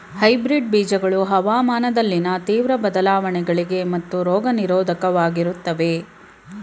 hybrid ಬೀಜಗಳು ಹವಾಮಾನದಲ್ಲಿನ ತೀವ್ರ ಬದಲಾವಣೆಗಳಿಗೆ ಮತ್ತು ರೋಗ ನಿರೋಧಕವಾಗಿರುತ್ತವೆ